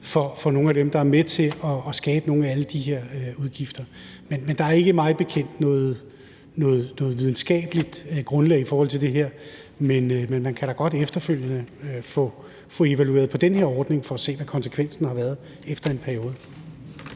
for nogle af dem, der er med til at skabe nogle af alle de her udgifter. Men der er ikke mig bekendt noget videnskabeligt grundlag for det her; men man kan da godt efterfølgende få evalueret den her ordning for at se, hvad konsekvensen har været efter en periode.